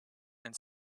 and